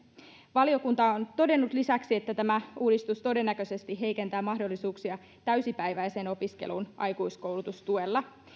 valiokunta on todennut lisäksi että tämä uudistus todennäköisesti heikentää mahdollisuuksia täysipäiväiseen opiskeluun aikuiskoulutustuella